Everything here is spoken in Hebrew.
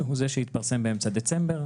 והוא זה שהתפרסם באמצע דצמבר.